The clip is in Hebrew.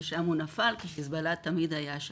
ושם הוא נפל כי חיזבאללה תמיד היה שם.